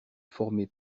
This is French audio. formé